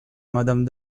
madame